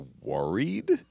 worried